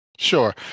Sure